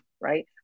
right